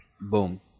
Boom